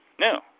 No